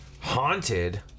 Haunted